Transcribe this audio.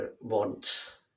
wants